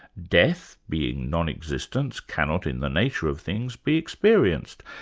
death being non-existent, cannot in the nature of things be experienced,